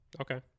Okay